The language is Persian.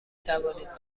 توانید